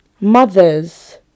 mothers